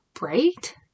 right